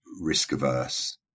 risk-averse